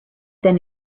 then